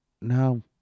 no